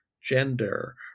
gender